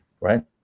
right